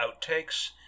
outtakes